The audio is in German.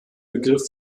begriff